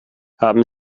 haben